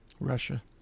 Russia